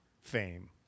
Fame